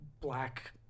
black